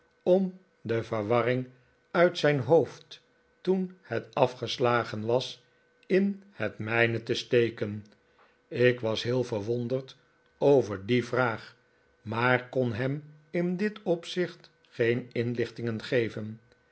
om de verwarring uit z ij n hoofd toen het afgeslagen was in het m ij n e te steken ik was heel verwonderd over die vraag maar kon hem in dit opzicht geen inlichtingen geven